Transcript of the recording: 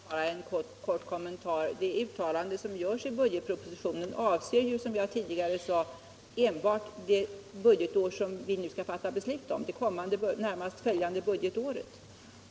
Herr talman! Bara en kort kommentar. Som jag tidigare sade avser det uttalande som görs i budgetpropositionen enbart det budgetår som vi nu skall fatta beslut om, alltså det närmaste budgetåret.